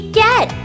get